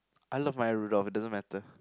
I love my Rudolf doesn't matter